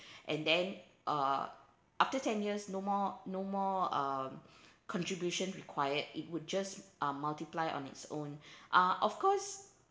and then uh after ten years no more no more uh contribution required it would just uh multiply on its own uh of course